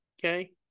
Okay